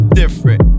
different